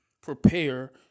prepare